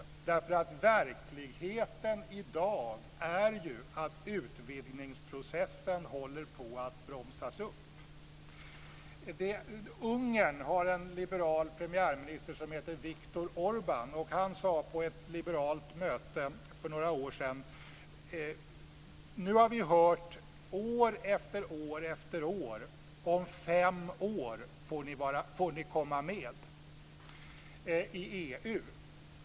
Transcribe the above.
I dagens verklighet håller utvidgningsprocessen på att bromsas upp. Ungern har en liberal premiärminister som heter Viktor Orban. På ett liberalt möte för några år sedan sade han att de år efter år hade fått höra att de får komma med i EU om fem år.